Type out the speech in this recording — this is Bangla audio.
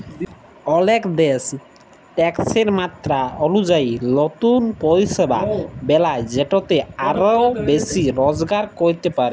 অলেক দ্যাশ ট্যাকসের মাত্রা অলুজায়ি লতুল পরিষেবা বেলায় যেটতে আরও বেশি রজগার ক্যরতে পারে